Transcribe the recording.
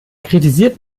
kritisiert